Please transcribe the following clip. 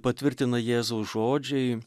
patvirtina jėzaus žodžiai